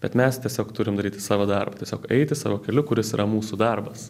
bet mes tiesiog turim daryti savo darbą tiesiog eiti savo keliu kuris yra mūsų darbas